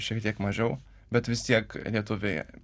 šiek tiek mažiau bet vis tiek lietuviai